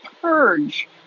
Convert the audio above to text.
purge